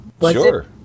sure